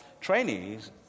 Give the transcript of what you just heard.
trainees